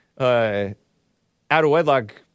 out-of-wedlock